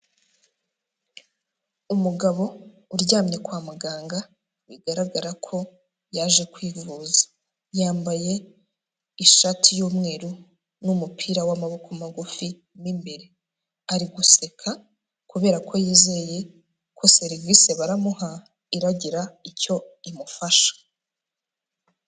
Umugabo uryamye kwa muganga bigaragara ko yaje kwivuza, yambaye ishati y'umweru n'umupira w'amaboko magufi mo imbere, ari guseka kubera ko yizeye ko serivise baramuha iragira icyo imufasha.